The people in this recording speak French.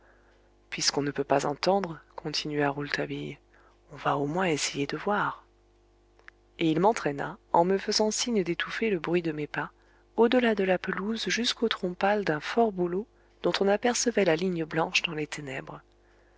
puisqu'on ne peut pas entendre continua rouletabille on va au moins essayer de voir et il m'entraîna en me faisant signe d'étouffer le bruit de mes pas au delà de la pelouse jusqu'au tronc pâle d'un fort bouleau dont on apercevait la ligne blanche dans les ténèbres